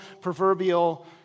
proverbial